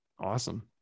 Awesome